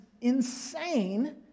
insane